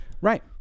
Right